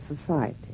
society